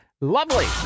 Lovely